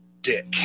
dick